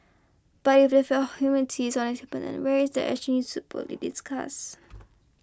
but if the fell humanity is on the where is the action so boldly discuss